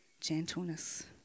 gentleness